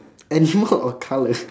animal or colours